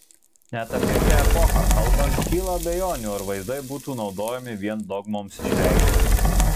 net apie šią epochą kalbant kyla abejonių ar vaizdai būtų naudojami vien dogmoms išreikšti